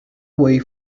way